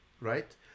right